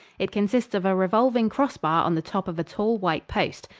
it consists of a revolving crossbar on the top of a tall, white post.